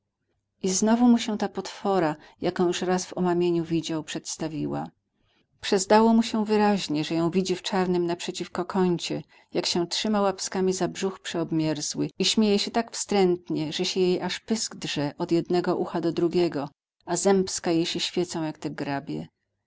i znowu mu się ta potwora jaką już raz w omamieniu widział przedstawiła przezdało mu się wyraźnie że ją widzi w czarnym naprzeciwko kącie jak się trzyma łapskami za brzuch przeobmierzły i śmieje się tak wstrętnie że się jej aż pysk drze od jednego ucha do drugiego a zębska jej się świecą jak te grabie